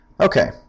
Okay